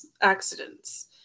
accidents